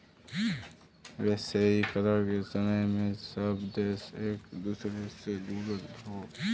वैश्वीकरण के समय में सब देश एक दूसरे से जुड़ल हौ